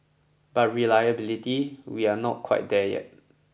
but reliability we are not quite there yet